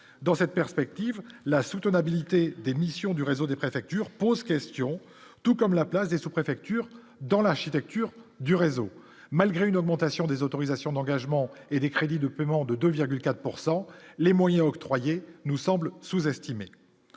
dans cette perspective, la soutenabilité démission du réseau des préfectures pose question, tout comme la place des sous-préfectures dans l'architecture du réseau malgré une augmentation des autorisations d'engagement et des crédits de paiement de 2,4 pourcent les moyens octroyés nous semble sous-estimer